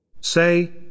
Say